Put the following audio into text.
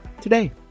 today